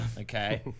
Okay